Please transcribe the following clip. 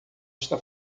está